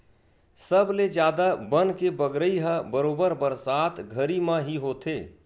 सबले जादा बन के बगरई ह बरोबर बरसात घरी म ही होथे